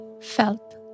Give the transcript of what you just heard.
felt